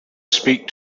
speak